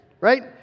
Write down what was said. right